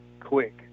quick